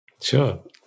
Sure